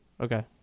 Okay